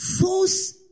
False